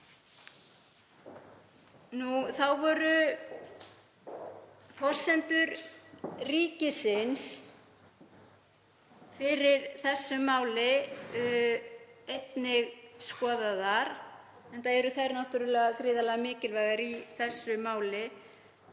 Þá voru forsendur ríkisins fyrir þessu máli einnig skoðaðar enda eru þær gríðarlega mikilvægar í málinu.